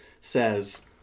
says